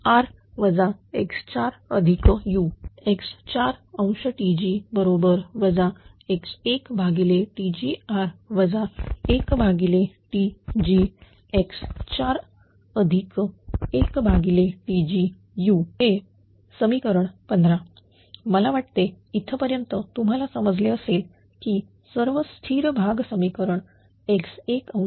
Tg x1Tg R 1Tg x41Tg u हे समीकरण 15 मला वाटते इथपर्यंत तुम्हाला समजले असेल की सर्व स्थिर भाग समीकरण x1